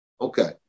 Okay